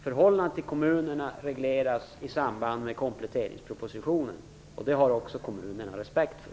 Förhållandet till kommunerna regleras i samband med kompletteringspropositionen. Det har också kommunerna respekt för.